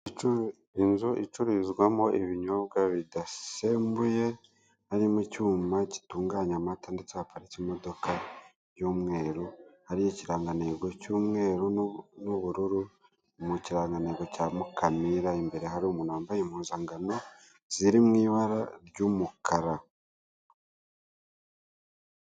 Inzu icururizwamo ibinyobwa bidasembuye, harimo icyuma gitunganya amata ndetse haparitse imodoka. y'umweru hariho ikirangantego cy'umweru n'ubururu ni ikirangantego cya mukamira imbere ye hari umuntu wambaye impuzankano ziri mu ibara ry'umukara.